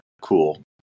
cool